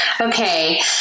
Okay